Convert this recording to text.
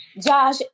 Josh